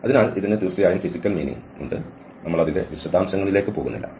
അതിനാൽ ഇതിന് തീർച്ചയായും ഫിസിക്കൽ മീനിങ് ഉണ്ട് നമ്മൾ അതിന്റെ വിശദാംശങ്ങളിലേക്ക് പോകുന്നില്ല